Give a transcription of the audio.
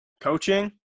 coaching